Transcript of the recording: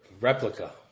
replica